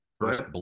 First